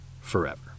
forever